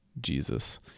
Jesus